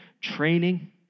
training